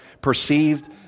perceived